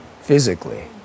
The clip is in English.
Physically